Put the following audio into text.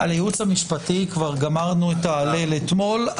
על הייעוץ המשפטי כבר גמרנו את ההלל אתמול.